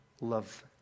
love